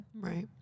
Right